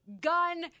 Gun